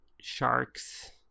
sharks